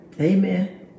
Amen